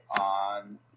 on